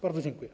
Bardzo dziękuję.